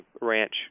ranch